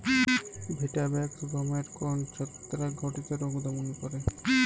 Vitavax গমের কোন ছত্রাক ঘটিত রোগ দমন করে?